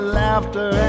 laughter